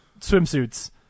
swimsuits